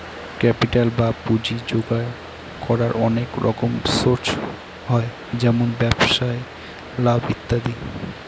capital বা পুঁজি জোগাড় করার অনেক রকম সোর্স হয় যেমন ব্যবসায় লাভ ইত্যাদি